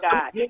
God